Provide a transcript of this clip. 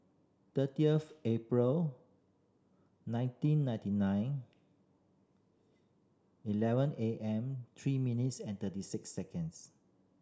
thirty of April nineteen ninety nine eleven A M three minutes and thirty six seconds